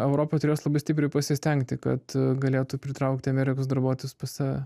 europa turės labai stipriai pasistengti kad galėtų pritraukti amerikos darbuotojus pas save